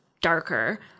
darker